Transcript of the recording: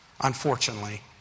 unfortunately